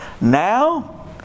Now